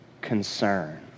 concern